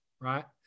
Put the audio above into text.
Right